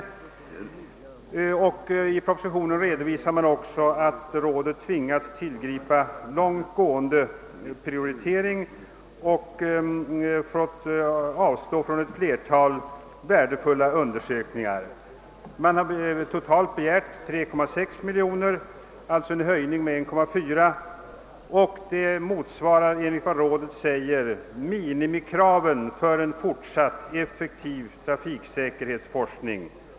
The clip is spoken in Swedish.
Man redovisar också i propositionen att rådet har tvingats tillgripa långtgående prioritering och fått avstå från ett flertal värdefulla undersökningar. Totalt har rådet begärt 3,6 miljoner kronor, alltså en höjning med 1,4 miljon. Trafiksäkerhetsrådet framhåller att detta »svarar mot minimikraven för en fortsatt effektiv trafiksäkerhetsforskning».